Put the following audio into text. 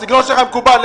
הסגנון שלך מקובל,